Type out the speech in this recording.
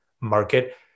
market